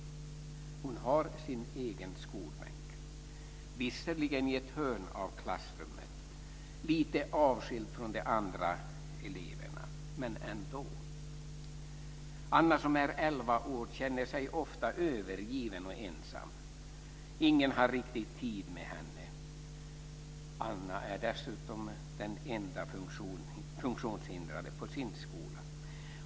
Hon har sin egen skolbänk, visserligen i ett hörn av klassrummet, lite avskilt från de andra eleverna, men ändå. Anna, som är elva år, känner sig ofta övergiven och ensam. Ingen har riktigt tid med henne. Anna är dessutom den enda funktionshindrade på sin skola.